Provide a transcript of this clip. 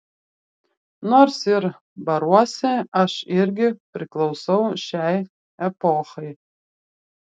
nors ir baruosi aš irgi priklausau šiai epochai